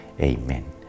amen